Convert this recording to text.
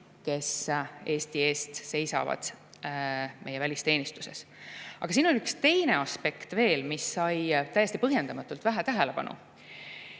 perekondi, kes seisavad meie välisteenistuses Eesti eest. Aga siin on üks teine aspekt veel, mis sai täiesti põhjendamatult vähe tähelepanu.